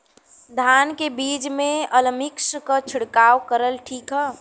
धान के बिज में अलमिक्स क छिड़काव करल ठीक ह?